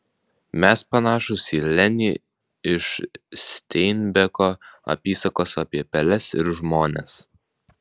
mes panašūs į lenį iš steinbeko apysakos apie peles ir žmones